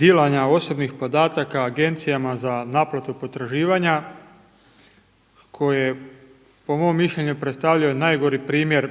dilanja osobnih podataka agencijama za naplatu potraživanja koje po mom mišljenju predstavljaju najgori primjer